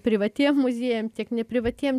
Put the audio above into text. privatiem muziejam tiek ne privatiem